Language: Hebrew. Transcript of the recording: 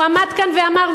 הוא עמד כאן ואמר,